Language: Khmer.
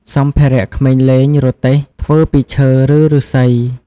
សម្ភារៈក្មេងលេងរទេះ ធ្វើពីឈើ ឬឫស្សី។